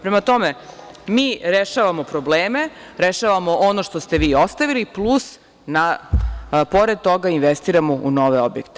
Prema tome, mi rešavamo probleme, rešavamo ono što ste vi ostavili, plus što investiramo u nove objekte.